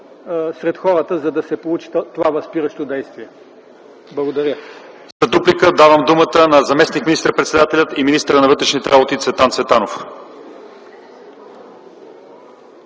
сред хората, за да се получи това възпиращо действие. Благодаря.